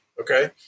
okay